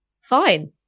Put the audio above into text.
fine